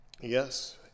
yes